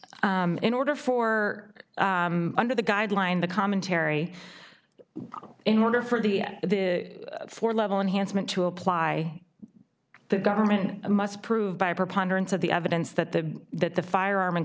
in order for under the guideline the commentary in order for the four level enhanced meant to apply the government must prove by a preponderance of the evidence that the that the firearm